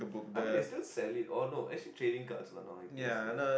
I mean it's still silly oh no actually training guards lah now I guess ya